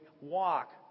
walk